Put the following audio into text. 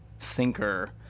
thinker